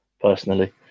personally